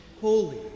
holy